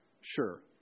Sure